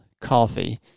Coffee